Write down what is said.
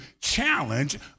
challenge